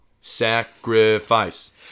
Sacrifice